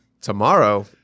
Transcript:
Tomorrow